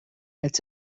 it’s